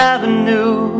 Avenue